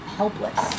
helpless